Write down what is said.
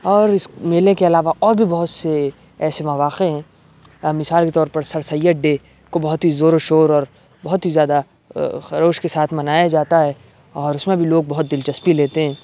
اور اس میلے کے علاوہ اور بھی بہت سے ایسے مواقع ہیں مثال کے طور پر سر سید ڈے کو بہت ہی زور و شور اور بہت ہی زیادہ خروش کے ساتھ منایا جاتا ہے اور اس میں بھی لوگ بہت دلچسپی لیتے ہیں